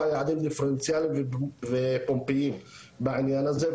יעדים דיפרנציאליים ופומביים בעניין הזה,